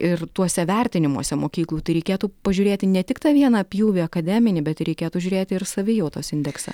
ir tuose vertinimuose mokyklų tai reikėtų pažiūrėti ne tik tą vieną pjūvį akademinį bet reikėtų žiūrėti ir savijautos indeksą